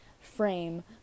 frame